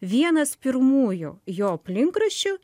vienas pirmųjų jo aplinkraščių